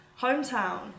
hometown